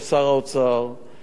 אבל מצאנו את הנוסחאות,